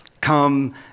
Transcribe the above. come